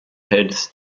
heads